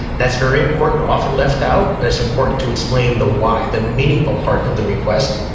that's very important, often left out but it's important to explain the why, the meaningful part of the request.